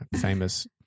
famous